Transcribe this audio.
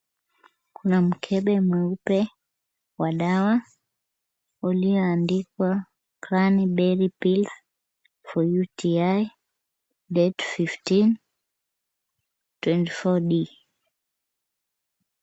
Kuna mkebe mweupe wa dawa ulioandikwa cranberry pills for UTI. Date fifteenth, twenty four B .